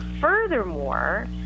furthermore